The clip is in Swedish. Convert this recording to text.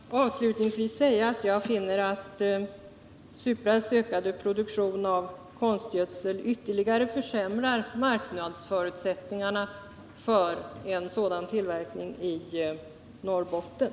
Herr talman! Jag vill bara avslutningsvis säga att jag finner att Supras ökade produktion av konstgödsel ytterligare försämrar marknadsförutsättningarna för en sådan tillverkning i Norrbotten.